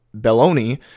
Belloni